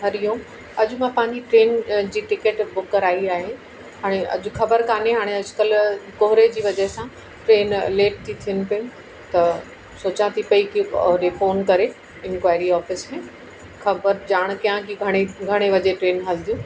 हरि ओम अॼ मां पंहिंजी ट्रेन जी टिकेट बुक करायी आहे हाणे अॼु ख़बर कोन्हे हाणे अॼु कल्ह कोहरे जी वजह सां ट्रेन लेट थी थियनि पयूं त सोचा थी पयी कि होॾे फ़ोन करे इंक्वायरी ऑफ़िस में ख़बर ॼाण कयां कि घणे घणे बजे ट्रेन हलंदियूं